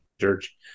church